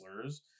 slurs